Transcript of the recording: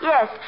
Yes